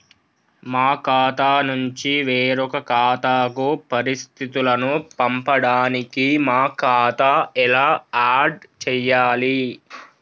మా ఖాతా నుంచి వేరొక ఖాతాకు పరిస్థితులను పంపడానికి మా ఖాతా ఎలా ఆడ్ చేయాలి?